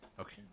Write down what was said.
Okay